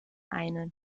einen